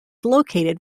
located